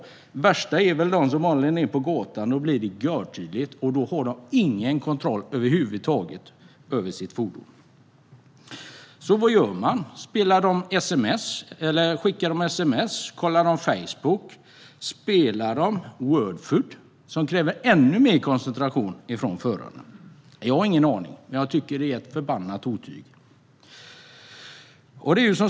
Värst är de som håller den ned mot gatan - då blir det görtydligt, och de har ingen kontroll över sitt fordon över huvud taget. Vad gör de då? Skickar de sms? Kollar de Facebook? Spelar de Wordfeud, som kräver ännu mer koncentration? Jag har ingen aning, men jag tycker att detta är ett förbannat otyg.